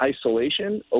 isolation